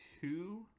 two